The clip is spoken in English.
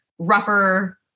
rougher